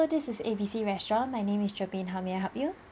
this is A B C restaurant my name is germane how may I help you